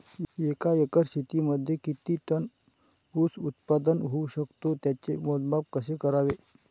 एका एकर शेतीमध्ये किती टन ऊस उत्पादन होऊ शकतो? त्याचे मोजमाप कसे करावे?